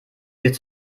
wird